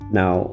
now